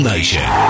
Nation